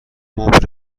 مبر